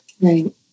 Right